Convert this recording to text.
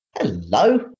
Hello